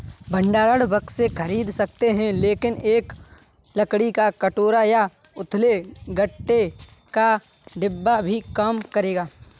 भंडारण बक्से खरीद सकते हैं लेकिन एक लकड़ी का टोकरा या उथले गत्ते का डिब्बा भी काम करेगा